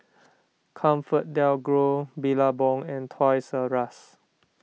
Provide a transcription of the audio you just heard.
ComfortDelGro Billabong and Toys R Us